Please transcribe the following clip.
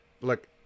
Look